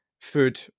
food